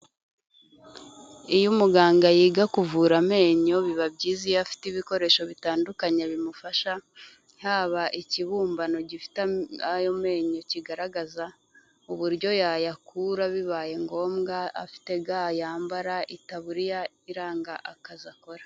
Iyo umuganga yiga kuvura amenyo biba byiza iyo afite ibikoresho bitandukanye bimufasha, haba ikibumbano gifite ayo menyo kigaragaza uburyo yayakura bibaye ngombwa, afite ga yambara, itaburiya iranga akazi akora.